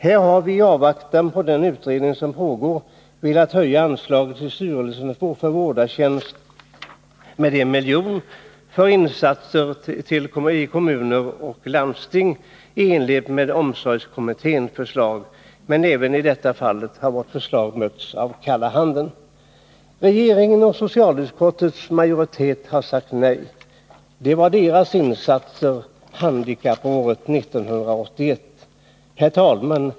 Här har vi i avvaktan på den utredning som pågår velat höja anslaget till styrelsen för vårdartjänst med 1 milj.kr. för insatser till kommuner och landsting i enlighet med omsorgskommitténs förslag. Men även i detta avseende har vårt förslag mötts av kalla handen. Regeringen och socialutskottets majoritet har sagt nej. Det var deras insatser under handikappåret 1981. Herr talman!